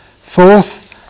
Fourth